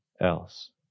else